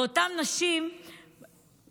ואותן נשים טובות,